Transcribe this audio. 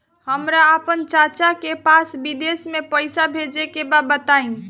हमरा आपन चाचा के पास विदेश में पइसा भेजे के बा बताई